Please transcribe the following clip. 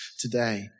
today